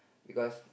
because